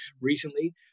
recently